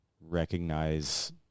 recognize